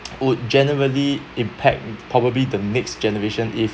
would generally impact probably the next generation if